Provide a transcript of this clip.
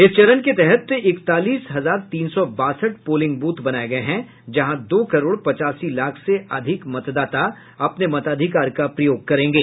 इस चरण के तहत इकतालीस हजार तीन सौ बासठ पोलिंग ब्रथ बनाये गये हैं जहां दो करोड़ पचासी लाख से अधिक मतदाता अपने मताधिकार का प्रयोग करेंगे